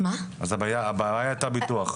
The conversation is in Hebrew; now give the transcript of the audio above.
הבעיה הייתה ביטוח.